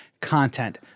content